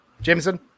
Jameson